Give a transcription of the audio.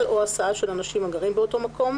או הסעה של אנשים הגרים באותו מקום,